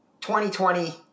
2020